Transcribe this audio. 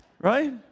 Right